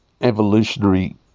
evolutionary